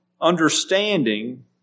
understanding